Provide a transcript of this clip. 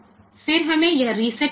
પછી આપણને આ રીસેટ મળ્યું છે